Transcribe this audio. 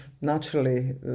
naturally